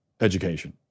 education